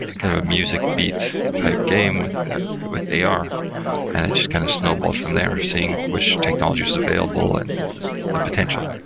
ah kind of music beat type game with with ar, and it just kind of snowballed from there. seeing which technology is available and and the the potential.